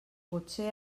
potser